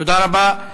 תודה רבה.